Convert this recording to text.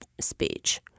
speech